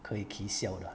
可以 kee siao 的 ah